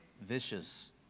vicious